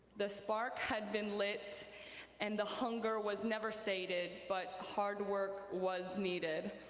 the spark had been lit and the hunger was never sated, but hard work was needed.